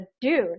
dude